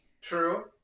True